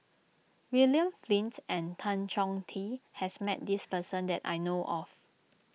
William Flint and Tan Chong Tee has met this person that I know of